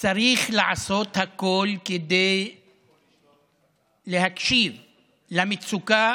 צריך לעשות הכול כדי להקשיב למצוקה